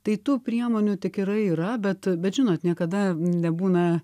tai tų priemonių tikrai yra bet bet žinot niekada nebūna